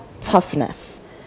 toughness